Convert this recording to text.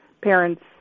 parents